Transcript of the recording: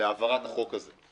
להעברת החוק הזה.